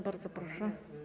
Bardzo proszę.